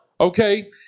Okay